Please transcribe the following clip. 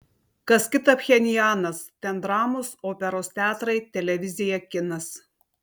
kas kita pchenjanas ten dramos operos teatrai televizija kinas